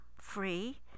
free